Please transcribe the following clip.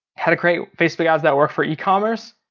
how to create facebook ads that work for ecommerce,